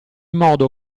modo